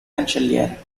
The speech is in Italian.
cancelliere